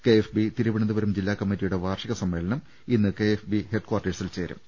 K F B Thiruvananthapuram ജില്ലാകമ്മറ്റിയുടെ വാർഷിക സമ്മേളനം ഇന്ന് കെ എഫ് ബി ഹെഡ്കാർട്ടേഴ്സിൽ ചേരും